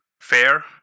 fair